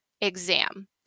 exam